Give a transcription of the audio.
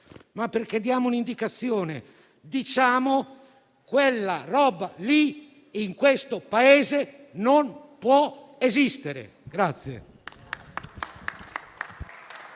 ma perché diamo un'indicazione: diciamo che quella roba lì in questo Paese non può esistere.